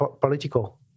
political